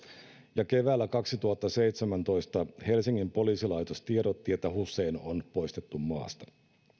ja keväällä kaksituhattaseitsemäntoista helsingin poliisilaitos tiedotti että hussein on poistettu maasta